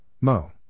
Mo